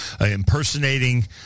impersonating